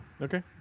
Okay